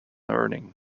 earning